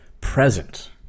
present